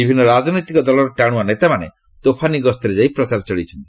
ବିଭିନ୍ନ ରାଜନୈତିକ ଦଳର ଟାଣୁଆ ନେତାମାନେ ତୋଫାନି ଗସ୍ତରେ ଯାଇ ପ୍ରଚାର ଚଳାଇଛନ୍ତି